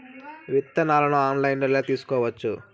విత్తనాలను ఆన్లైన్లో ఎలా తీసుకోవచ్చు